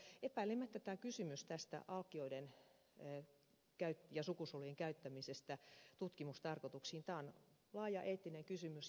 mutta epäilemättä tämä kysymys alkioiden ja sukusolujen käyttämisestä tutkimustarkoituksiin on laaja eettinen kysymys